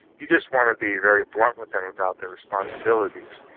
you just want to be very blunt with them about their responsibilities.